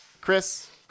Chris